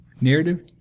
Narrative